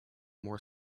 more